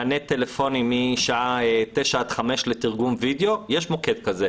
מענה טלפוני משעה 9:00 עד 17:00 לתרגום וידיאו יש מוקד כזה.